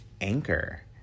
Anchor